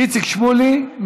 איציק שמולי,